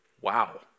wow